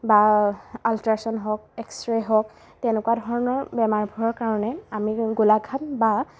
বা আল্ট্ৰাছাউণ্ড হওক X ray হওক তেনেকুৱা ধৰণৰ বেমাৰবোৰৰ কাৰণে আমি গোলাঘাট বা